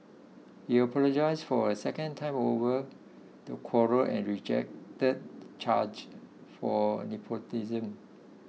he apologised for a second time over the quarrel and rejected charges for nepotism